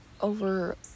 over